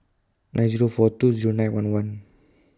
nine Zero four two Zero nine one one